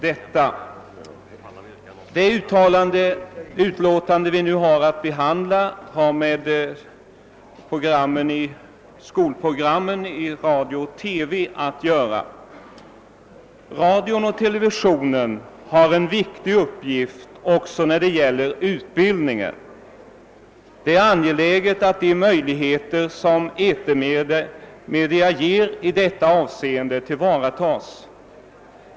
Det utlåtande vi nu har att behandla har med skolprogrammen i radio och TV att göra. Radion och televisionen har en viktig uppgift också när det gäller utbildningen. Det är angeläget att de möjligheter som etermedia ger i detta avseende tillvaratas.